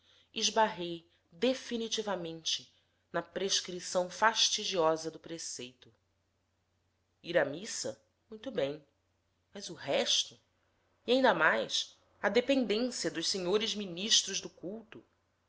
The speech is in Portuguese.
esbarrei definitivamente na prescrição fastidiosa do preceito ir à missa muito bem mas o resto e ainda mais a dependência dos senhores ministros do culto